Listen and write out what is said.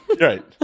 Right